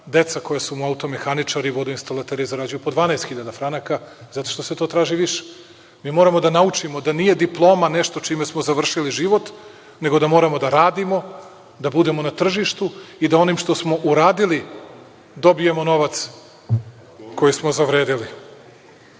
deca koja su mu automehaničari i vodoinstalateri zarađuju po 12.000 franaka, zato što se to traži više. Mi moramo da naučimo da nije diploma nešto čime smo završili život, nego da moramo da radimo, da budemo na tržištu i da onim što smo uradili dobijemo novac koji smo zavredeli. Jedanaest